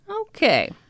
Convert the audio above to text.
Okay